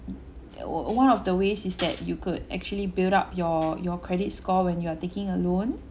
uh one of the ways is that you could actually build up your your credit score when you're taking a loan